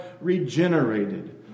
regenerated